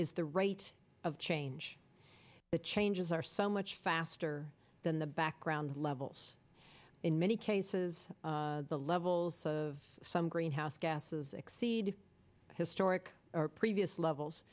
is the rate of change the changes are so much faster than the background levels in many cases the levels of some greenhouse gases exceed historic previous levels